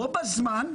בו בזמן,